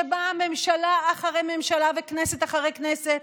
שבה ממשלה אחרי ממשלה וכנסת אחרי כנסת,